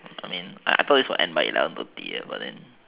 I I mean I thought this will end by eleven thirty but then